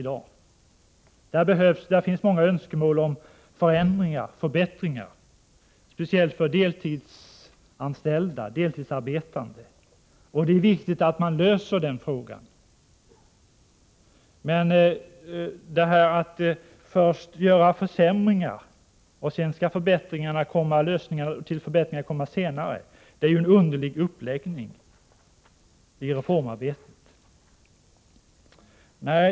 Det finns önskemål om förändringar och förbättringar — speciellt för deltidsarbetande. Det är viktigt att man löser dessa frågor, men att först genomföra försämringar och sedan komma med förslag till förbättringar är en underlig uppläggning av reformarbetet.